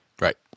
Right